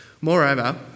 Moreover